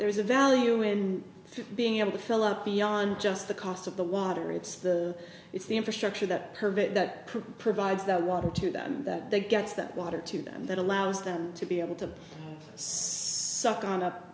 there is a value in being able to fill up beyond just the cost of the water it's the it's the infrastructure that curve it that provides that water to that that that gets that water to them that allows them to be able to suck on